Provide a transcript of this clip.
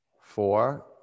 Four